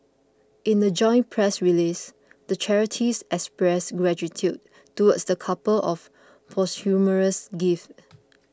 in a joint press release the charities expressed gratitude towards the couple of posthumous gift